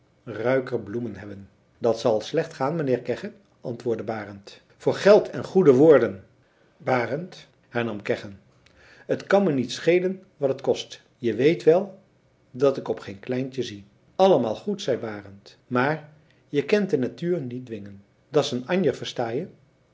ruiker bloemen hebben dat zal slecht gaan meheer kegge antwoordde barend voor geld en goede woorden barend hernam kegge t kan me niet schelen wat het kost je weet wel dat ik op geen kleintje zie allemaal goed zei barend maar je kent de natuur niet dwingen dat s een anjer verstaje